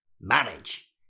Marriage